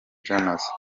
jones